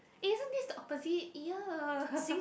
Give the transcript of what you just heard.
eh isn't this the opposite !eeyer!